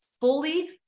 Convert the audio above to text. fully